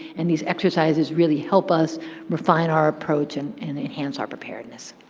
and these exercises really help us refine our approach and and enhance our preparedness.